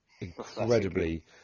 incredibly